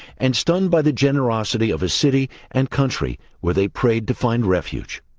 and stunned by the generosity of a city and country where they prayed to find refuge.